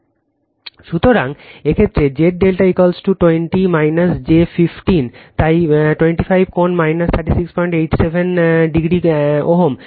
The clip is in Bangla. সুতরাং এই ক্ষেত্রে Z ∆ 20 j 15 তাই 25 কোণ 3687o Ω